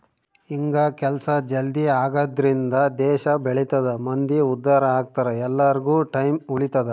ಹಿಂಗ ಕೆಲ್ಸ ಜಲ್ದೀ ಆಗದ್ರಿಂದ ದೇಶ ಬೆಳಿತದ ಮಂದಿ ಉದ್ದಾರ ಅಗ್ತರ ಎಲ್ಲಾರ್ಗು ಟೈಮ್ ಉಳಿತದ